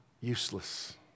useless